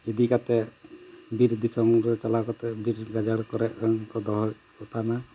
ᱤᱫᱤ ᱠᱟᱛᱮᱫ ᱵᱤᱨ ᱫᱤᱥᱚᱢ ᱨᱮ ᱪᱟᱞᱟᱣ ᱠᱟᱛᱮᱫ ᱵᱤᱨ ᱜᱟᱡᱟᱲ ᱠᱚᱨᱮ ᱠᱚ ᱫᱚᱦᱚᱭᱮᱫ ᱠᱚ ᱛᱟᱦᱮᱱᱟ